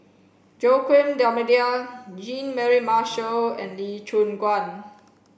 Joaquim D'almeida Jean Mary Marshall and Lee Choon Guan